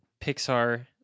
Pixar